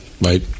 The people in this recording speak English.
Right